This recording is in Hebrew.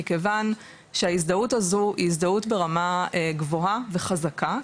מכיוון שההזדהות הזו היא הזדהות ברמה גבוהה וחזקה,